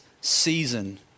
season